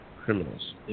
criminals